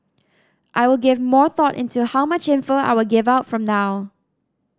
I will give more thought into how much info I will give out from now